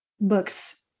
books